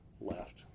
left